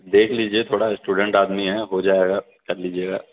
دیکھ لیجیے تھوڑا اسٹوڈنٹ آدمی ہیں ہو جائے گا کر لیجیے گا